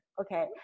okay